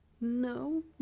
No